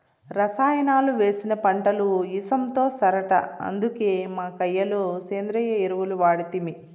రసాయనాలు వేసిన పంటలు ఇసంతో సరట అందుకే మా కయ్య లో సేంద్రియ ఎరువులు వాడితిమి